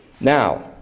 Now